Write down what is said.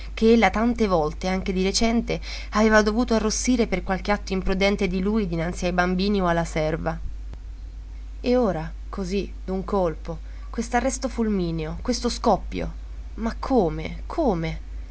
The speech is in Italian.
che ella tante volte anche di recente aveva dovuto arrossire per qualche atto imprudente di lui innanzi ai bambini o alla serva e ora così d'un colpo quest'arresto fulmineo questo scoppio ma come come